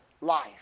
life